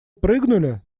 прыгнули